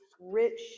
rich